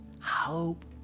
Hope